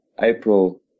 April